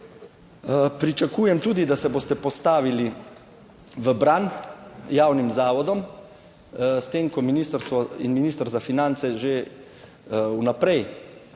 Pričakujem tudi, da se boste postavili v bran javnim zavodom, s tem ko ministrstvo in minister za finance že vnaprej